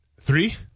Three